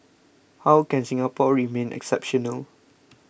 how can Singapore remain exceptional